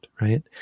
right